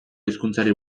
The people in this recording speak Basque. hizkuntzari